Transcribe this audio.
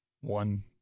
One